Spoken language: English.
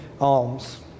alms